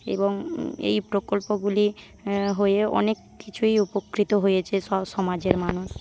এবং এই প্রকল্পগুলি হয়ে অনেক কিছুই উপকৃত হয়েছে স সমাজের মানুষ